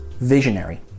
visionary